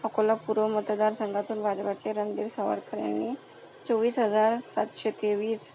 अकोला पूर्व मतदार संघातून भाजपाचे रणधीर सावरकर यांनी चोवीस हजार सातशे तेवीस